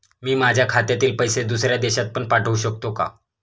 मी माझ्या खात्यातील पैसे दुसऱ्या देशात पण पाठवू शकतो का?